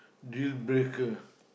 deal breaker